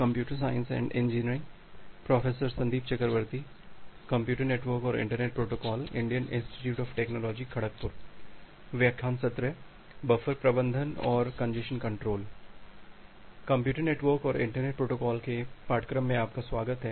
computer network और internet protocol पर पाठ्यक्रम में आपका स्वागत है